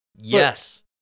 Yes